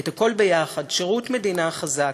את הכול יחד: שירות מדינה חזק,